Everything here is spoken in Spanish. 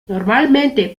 normalmente